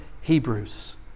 Hebrews